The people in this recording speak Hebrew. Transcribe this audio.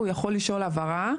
הוא יכול לשאול הבהרה,